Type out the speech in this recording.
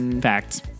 facts